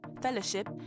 fellowship